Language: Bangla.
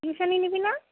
টিউশন নিবি না